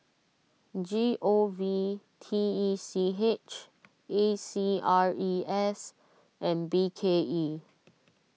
G O V T E C H A C R E S and B K E